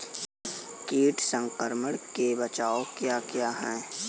कीट संक्रमण के बचाव क्या क्या हैं?